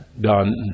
done